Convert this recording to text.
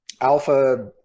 alpha